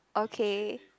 okay